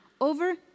over